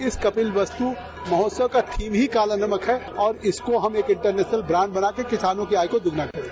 इस कपिलवस्तु महोत्सव का थीम ही काला नमक है और इसको हम एक इंटरनेशनल ब्रांड बना के किसानों की आय को दुगुना करेंगे